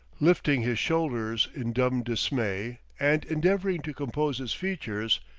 lifting his shoulders in dumb dismay, and endeavoring to compose his features,